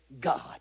God